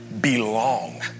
belong